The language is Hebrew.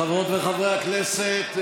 חברות וחברי הכנסת,